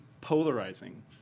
polarizing